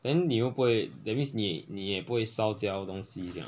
then 你又不会 that means 你你也不会烧焦东西这样